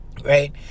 right